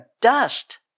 dust